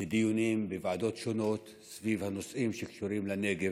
אנחנו בדיונים בוועדות שונות סביב נושאים שקשורים לנגב,